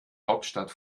hauptstadt